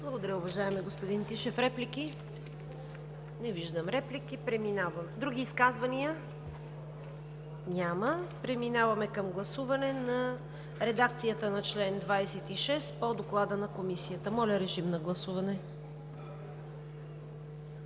Благодаря, уважаеми господин Тишев. Реплики? Не виждам. Други изказвания? Няма. Преминаваме към гласуване на редакцията на чл. 26 по доклада на Комисията. Гласували